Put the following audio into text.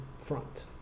front